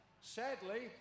Sadly